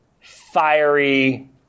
fiery